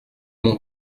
mon